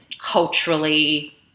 culturally